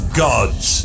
gods